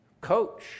coach